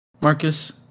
Marcus